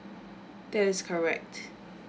that is correct